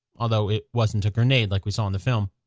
although it wasn't a grenade like we saw in the film.